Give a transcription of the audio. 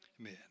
Amen